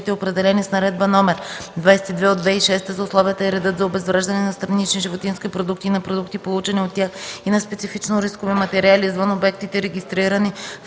случаите, определени с Наредба № 22 от 2006 г. за условията и реда за обезвреждане на странични животински продукти и на продукти, получени от тях, и на специфично рискови материали извън обектите, регистрирани